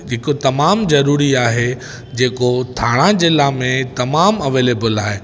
हिकु तमामु ज़रूरी आहे जेको ठाणा ज़िला में तमामु अवैलेबल आहे